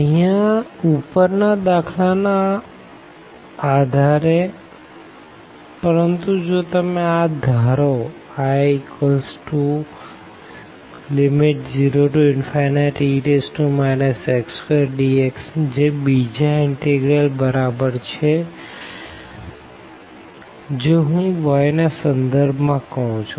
અહિયાં ઉપર ના દાખલા ના આધારે ની પરંતુ જો તમે આ ધારો I0e x2dx જે બીજા ઇનટેગ્ર્લ બરાબર છે જે હું y ના સંદર્ભ માં કહું છુ